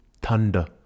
thunder